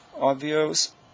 obvious